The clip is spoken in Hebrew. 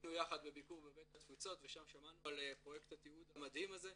היינו יחד בביקור בבית התפוצות ושם שמענו על פרויקט התיעוד המדהים הזה,